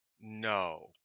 No